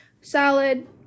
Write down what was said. salad